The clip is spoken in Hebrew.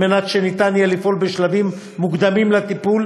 כדי שיהיה אפשר לפעול בשלבים מוקדמים לטיפול